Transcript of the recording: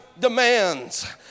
demands